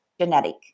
genetic